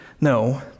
No